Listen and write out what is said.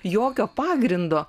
jokio pagrindo